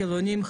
חילוניים,